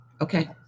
Okay